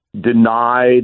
denied